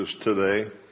today